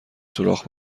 سوراخ